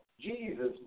Jesus